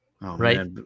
right